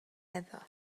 efo